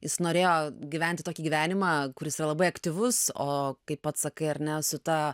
jis norėjo gyventi tokį gyvenimą kuris yra labai aktyvus o kaip pats sakai ar ne su ta